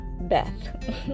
Beth